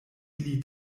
ili